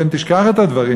פן תשכח את הדברים,